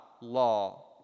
law